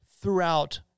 throughout